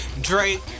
Drake